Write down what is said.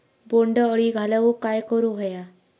बोंड अळी घालवूक काय करू व्हया?